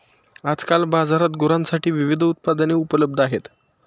आजकाल बाजारात गुरांसाठी विविध उत्पादने उपलब्ध आहेत